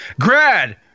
Grad